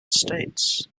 states